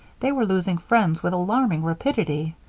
they were losing friends with alarming rapidity.